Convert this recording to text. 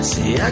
See